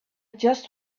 just